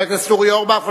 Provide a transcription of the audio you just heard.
חבר הכנסת אורי אורבך,